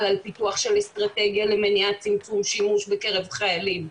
על פיתוח של אסטרטגיה למניעה וצמצום השימוש בקרב חיילים.